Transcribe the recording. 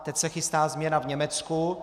Teď se chystá změna v Německu.